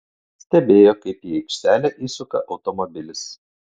stebėjo kaip į aikštelę įsuka automobilis